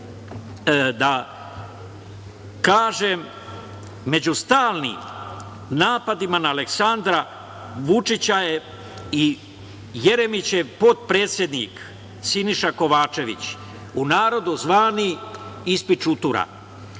da kažem.Među stalnim napadima na Aleksandra Vučića je i Jeremićev potpredsednik Siniša Kovačević, u narodu zvani ispičutura.